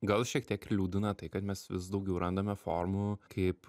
gal šiek tiek ir liūdina tai kad mes vis daugiau randame formų kaip